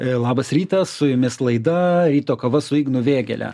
a labas rytas su jumis laida ryto kava su ignu vėgėle